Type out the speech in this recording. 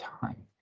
time